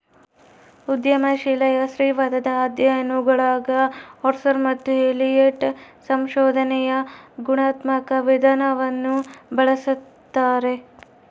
ಉದ್ಯಮಶೀಲ ಸ್ತ್ರೀವಾದದ ಅಧ್ಯಯನಗುಳಗಆರ್ಸರ್ ಮತ್ತು ಎಲಿಯಟ್ ಸಂಶೋಧನೆಯ ಗುಣಾತ್ಮಕ ವಿಧಾನವನ್ನು ಬಳಸ್ತಾರೆ